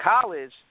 college